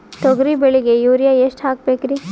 ತೊಗರಿ ಬೆಳಿಗ ಯೂರಿಯಎಷ್ಟು ಹಾಕಬೇಕರಿ?